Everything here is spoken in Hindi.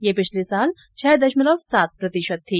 यह पिछले वर्ष छह दशमलव सात प्रतिशत थी